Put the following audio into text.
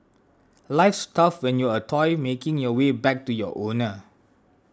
life's tough when you're a toy making your way back to your owner